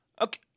Okay